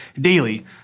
daily